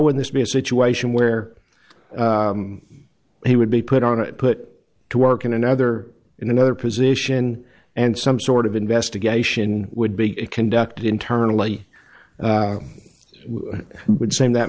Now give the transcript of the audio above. d this be a situation where he would be put on it put to work in another in another position and some sort of investigation would be conducted internally it would seem that